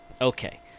Okay